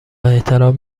احترام